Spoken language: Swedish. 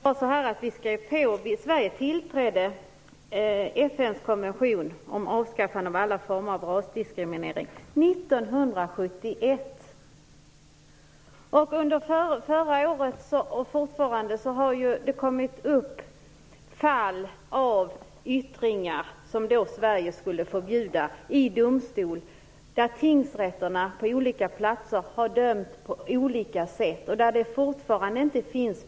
Fru talman! Sverige tillträdde FN:s konvention om avskaffande av alla former av rasdiskriminering 1971. Under förra året kom det upp fall - och det gör det fortfarande - i domstol av yttringar som Sverige skulle förbjuda, i vilka tingsrätterna på olika platser har dömt på olika sätt, och det finns fortfarande inte praxis.